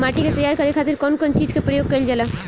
माटी के तैयार करे खातिर कउन कउन चीज के प्रयोग कइल जाला?